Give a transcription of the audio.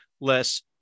less